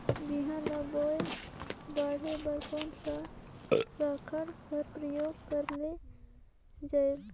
बिहान ल बोये बाढे बर कोन सा राखड कर प्रयोग करले जायेल?